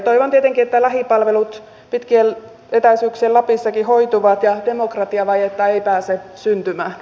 toivon tietenkin että lähipalvelut pitkien etäisyyksien lapissakin hoituvat ja demokratiavajetta ei pääse syntymään